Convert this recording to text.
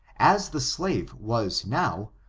as the slave was now,